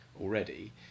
already